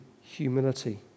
humility